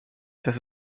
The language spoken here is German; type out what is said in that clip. dass